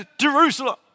Jerusalem